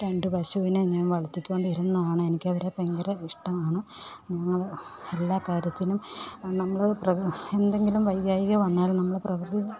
രണ്ടു പശുവിനെയും ഞാന് വളര്ത്തിക്കൊണ്ടിരുന്നതാണ് എനിക്ക് അവരെ ഭയങ്കര ഇഷ്ടമാണ് ഞങ്ങൾ എല്ലാ കാര്യത്തിനും നമ്മൾ എന്തെങ്കിലും വയ്യായ്ക വന്നാല് നമ്മൾ പ്രകൃതി